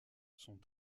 sont